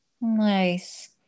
Nice